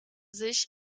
sich